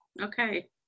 Okay